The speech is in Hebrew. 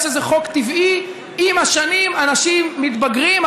יש לזה חוק טבעי: עם השנים אנשים מתבגרים,